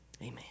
Amen